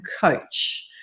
coach